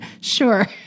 sure